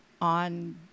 on